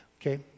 Okay